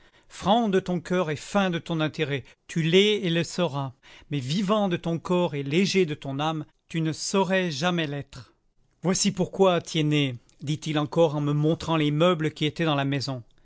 franc de ton coeur et fin de ton intérêt tu l'es et le seras mais vivant de ton corps et léger de ton âme tu ne saurais jamais l'être voici pourquoi tiennet dit-il encore en me montrant les meubles qui étaient dans la maison